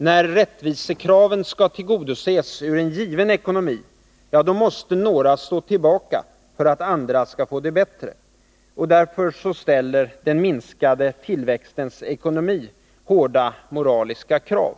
När rättvisekraven skall tillgodoses ur en given ekonomi måste några stå tillbaka för att andra skall få det bättre. Därför ställer den minskande tillväxtens ekonomi hårda moraliska krav.